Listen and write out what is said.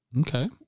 Okay